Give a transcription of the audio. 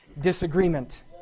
disagreement